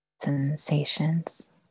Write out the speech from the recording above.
sensations